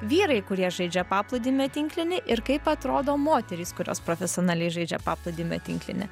vyrai kurie žaidžia paplūdimio tinklinį ir kaip atrodo moterys kurios profesionaliai žaidžia paplūdimio tinklinį